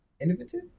Innovative